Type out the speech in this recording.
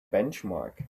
benchmark